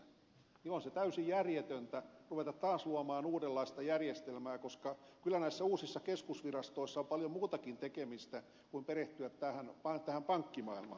niin on se täysin järjetöntä ruveta taas luomaan uudenlaista järjestelmää koska kyllä näissä uusissa keskusvirastoissa on paljon muutakin tekemistä kuin perehtyä tähän pankkimaailmaan